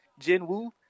Jinwoo